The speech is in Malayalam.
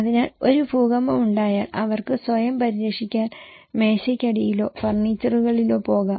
അതിനാൽ ഒരു ഭൂകമ്പം ഉണ്ടായാൽ അവർക്ക് സ്വയം പരിരക്ഷിക്കാൻ മേശയ്ക്കടിയിലോ ഫർണിച്ചറുകളിലോ പോകാം